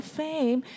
fame